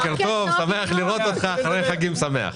בוקר טוב, שמח לראות אותך, אחרי החגים שמח.